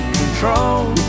control